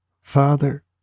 Father